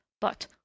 but